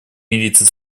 мириться